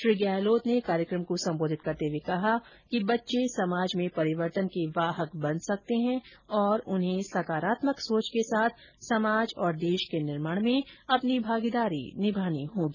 श्री गहलोत ने कार्यक्रम को संबोधित करते हुए कहा कि बच्चे समाज में परिवर्तन के वाहक बन सकते हैं और उन्हें सकारात्मक सोच के साथ समाज और देश के निर्माण में अपनी भागीदारी निमानी होगी